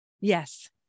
Yes